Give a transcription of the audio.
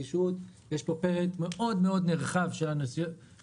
יש בו פרק נרחב מאוד של הנגישות,